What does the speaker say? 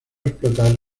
explotar